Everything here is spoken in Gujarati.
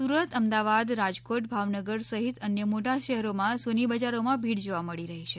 સુરત અમદાવાદ રાજકોટ ભાવનગર સહિત અન્ય મોટા શહેરોમાં સોની બજારોમાં ભીડ જોવા મળી રહી છે